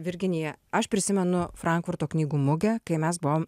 virginija aš prisimenu frankfurto knygų mugę kai mes buvom